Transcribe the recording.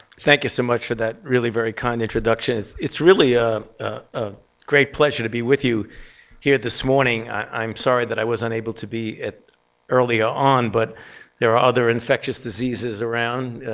thank you so much for that really very kind introduction. it's really a great pleasure to be with you here this morning. i'm sorry that i was unable to be earlier on, but there are other infectious diseases around.